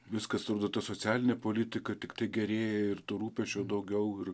viskas atrodo ta socialinė politika tiktai gerėja ir to rūpesčio daugiau ir